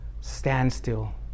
standstill